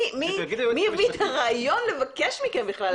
מי הביא את הרעיון לבקש מכם לבקש מכם בכלל?